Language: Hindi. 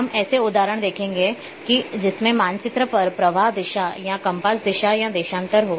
हम ऐसा उदाहरण देखेंगे कि जिसमें मानचित्र पर प्रवाह दिशा या कम्पास दिशा या देशांतर हो